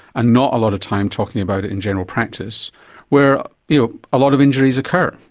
ah not a lot of time talking about it in general practice where, you know, a lot of injuries occur.